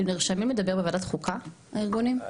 אתם נרשמים לדבר בוועדת חוקה הארגונים על הנושאים האלה?